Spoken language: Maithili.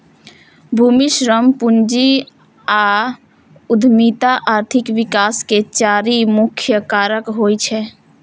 भूमि, श्रम, पूंजी आ उद्यमिता आर्थिक विकास के चारि मुख्य कारक होइ छै